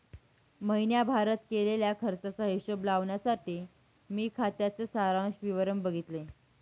महीण्याभारत केलेल्या खर्चाचा हिशोब लावण्यासाठी मी खात्याच सारांश विवरण बघितले